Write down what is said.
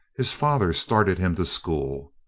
his father started him to school.